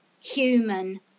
human